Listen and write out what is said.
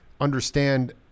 understand